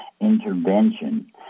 intervention